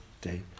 day